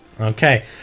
Okay